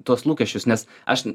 tuos lūkesčius nes aš